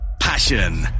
Passion